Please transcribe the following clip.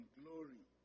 glory